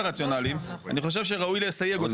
הרציונלים אז אני חושב שראוי לסייג אותם.